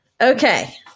Okay